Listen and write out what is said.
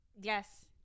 Yes